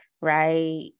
right